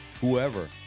whoever